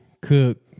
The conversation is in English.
Cook